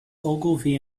ogilvy